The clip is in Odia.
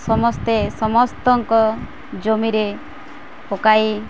ସମସ୍ତେ ସମସ୍ତଙ୍କ ଜମିରେ ପକାଇ